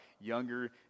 younger